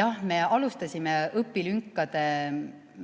Jah, me alustasime õpilünkade toetamise